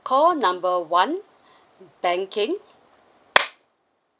call number one banking